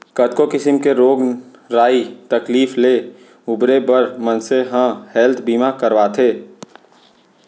कतको किसिम के रोग राई तकलीफ ले उबरे बर मनसे ह हेल्थ बीमा करवाथे